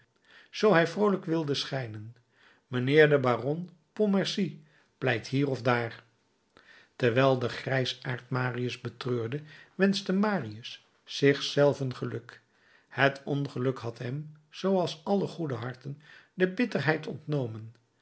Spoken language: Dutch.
zoo hij vroolijk wilde schijnen mijnheer de baron pontmercy pleit hier of daar terwijl de grijsaard marius betreurde wenschte marius zich zelven geluk het ongeluk had hem zooals allen goeden harten de bitterheid ontnomen